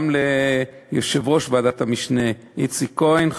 גם ליושב-ראש ועדת המשנה איציק כהן,